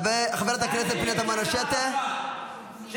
חברת הכנסת פנינה תמנו שטה --- תוכנית על יאסר ערפאת,